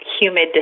humid